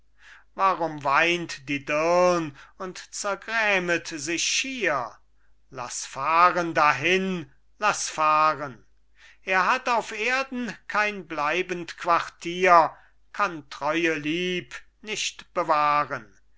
warum weint die dirn und zergrämet sich schier laß fahren dahin laß fahren er hat auf erden kein bleibend quartier kann treue lieb nicht bewahren